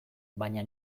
baina